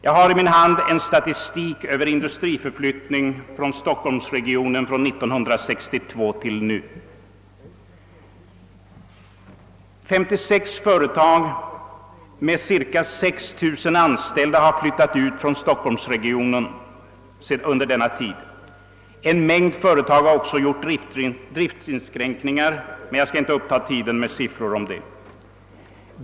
Jag har i min hand en statistik över industriförflyttningen från stockholmsregionen från 1962 till nu. 56 företag med cirka 6 000 anställda har flyttat ut från stockholmsregionen under denna tid. En mängd företag har också gjort driftsinskränkningar, men jag skall inte uppta tiden med några siffror därom.